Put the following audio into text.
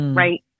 right